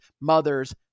mothers